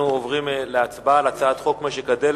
אנחנו עוברים להצבעה בקריאה ראשונה על הצעת חוק משק הדלק